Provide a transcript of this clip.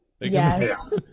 Yes